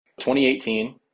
2018